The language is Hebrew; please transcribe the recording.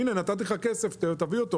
נתתי לך אותו".